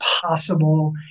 possible